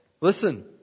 listen